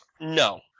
No